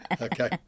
Okay